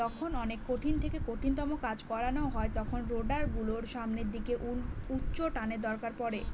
যখন অনেক কঠিন থেকে কঠিনতম কাজ করানো হয় তখন রোডার গুলোর সামনের দিকে উচ্চটানের দরকার পড়ে